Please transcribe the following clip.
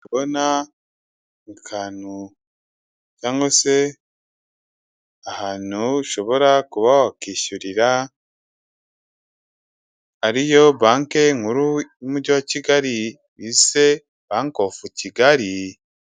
Ndabona akantu cyangwa se ahantu ushobora kuba wakishyurira ari yo banki nkuru y'umujyi wa Kigali bise Bank of Kigali.